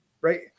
Right